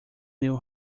knew